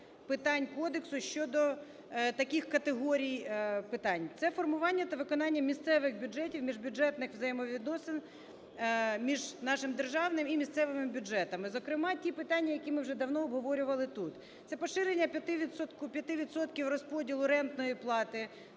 питань кодексу щодо таких категорій питань. Це формування та виконання місцевих бюджетів, міжбюджетних взаємовідносин між нашим державним і місцевими бюджетами, зокрема ті питання, які ми вже давно обговорювали тут. Це поширення 5 відсотків розподілу рентної плати